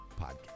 podcast